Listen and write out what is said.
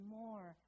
more